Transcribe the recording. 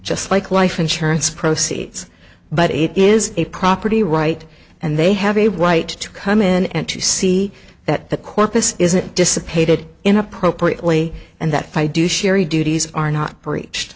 just like life insurance proceeds but it is a property right and they have a right to come in and to see that the corpus isn't dissipated in appropriately and that by do sherry duties are not breached